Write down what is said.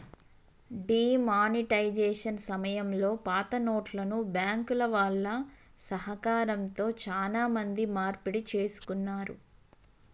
D monetisation సమయంలో పాతనోట్లను బ్యాంకుల వాళ్ళ సహకారంతో చానా మంది మార్పిడి చేసుకున్నారు